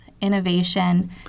innovation